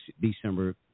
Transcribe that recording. December